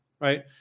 right